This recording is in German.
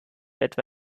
etwa